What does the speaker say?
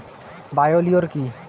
Bio লিওর কি?